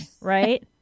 right